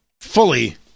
fully